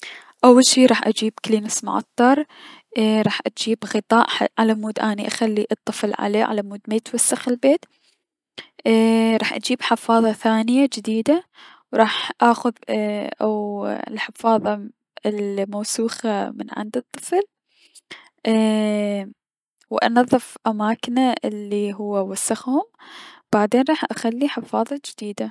اول شي راح اجيب كلينس معطر، راح اجيب غطاء حتى اخلي الطفل عليه حتى ميتوسخ البيت ايي- راح اجيب حفاظة ثانية جديدة، راح اخذ اوو الحفاظةالموسوخة من عند الطفل، ايي- و انظف اماكنه الي هو وسخهم و بعدين اخلي حفاظة جديدة.